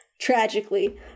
tragically